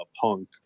Punk